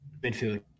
midfield